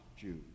Jews